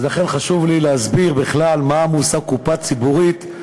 לכן חשוב לי להסביר בכלל מה המושג קופה ציבורית,